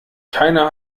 keiner